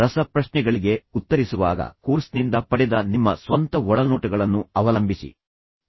ಆದರೆ ರಸಪ್ರಶ್ನೆಗಳಿಗೆ ಉತ್ತರಿಸುವಾಗ ಕೋರ್ಸ್ನಿಂದ ಪಡೆದ ನಿಮ್ಮ ಸ್ವಂತ ಒಳನೋಟಗಳನ್ನು ಅವಲಂಬಿಸಿ ಎಂದು ನಾನು ಸೂಚಿಸುತ್ತೇನೆ